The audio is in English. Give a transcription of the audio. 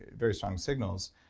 very strong signals,